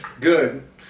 Good